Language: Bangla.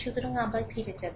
সুতরাং আবার ফিরে যাবে